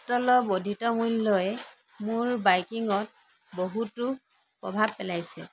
পেট্ৰলৰ বৰ্ধিত মূল্যই মোৰ বাইকিংত বহুতো প্ৰভাৱ পেলাইছে